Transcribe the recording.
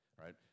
right